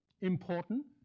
important